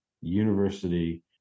university